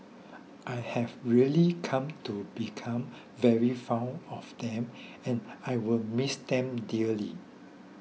I have really come to become very fond of them and I will miss them dearly